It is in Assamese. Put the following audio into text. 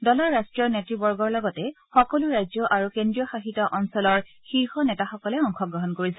দলৰ ৰাষ্ট্ৰীয় নেত়বৰ্গৰ লগতে সকলো ৰাজ্য আৰু কেন্দ্ৰীয় শাসিত অঞ্চলৰ শীৰ্ষ নেতাসকলে অংশগ্ৰহণ কৰিছে